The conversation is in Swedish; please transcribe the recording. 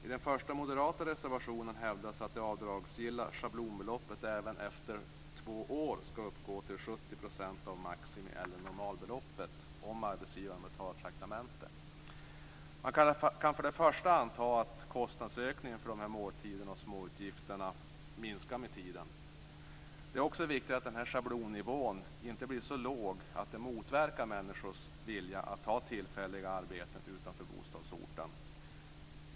I den första moderata reservationen hävdas att det avdragsgilla schablonbeloppet även efter två år skall uppgå till 70 % av maximi eller normalbeloppet om arbetsgivaren betalar traktamente. Man kan för det första anta att kostnadsökningen för dessa måltider och småutgifter minskar med tiden. Det är också viktigt att schablonnivån inte blir så låg att den motverkar människors vilja att ta tillfälliga arbeten utanför bostadsorten.